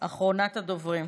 אחרונת הדוברים.